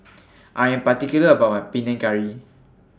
I Am particular about My Panang Curry